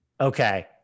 Okay